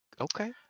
Okay